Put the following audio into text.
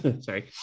sorry